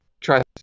trust